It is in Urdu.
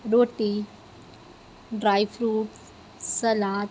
روٹی ڈرائی فروٹ سلاد